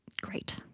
Great